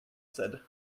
said